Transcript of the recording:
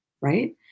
right